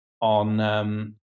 on